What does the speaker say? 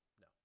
No